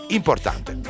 importante